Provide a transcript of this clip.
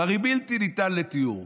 הוא הרי בלתי ניתן לתיאור.